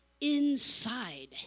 inside